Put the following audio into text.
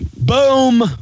Boom